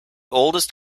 oldest